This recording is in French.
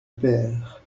pêr